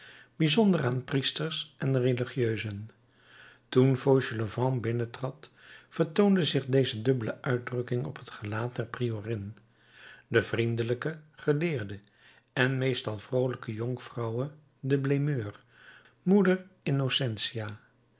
bijzonder aan priesters en religieusen toen fauchelevent binnentrad vertoonde zich deze dubbele uitdrukking op het gelaat der priorin de vriendelijke geleerde en meestal vroolijke jonkvrouwe de blemeur moeder innocentia